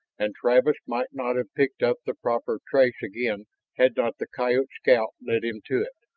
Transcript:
and travis might not have picked up the proper trace again had not the coyote scout led him to it.